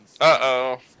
Uh-oh